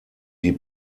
die